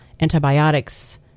antibiotics